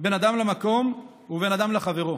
בין אדם למקום ובין אדם לחברו.